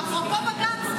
ואפרופו בג"ץ,